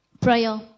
Prayer